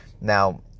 Now